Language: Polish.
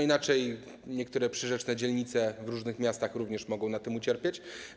Inaczej niektóre przyrzeczne dzielnice w różnych miastach również mogą na tym ucierpieć.